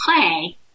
play